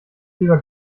lieber